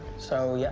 so, yeah,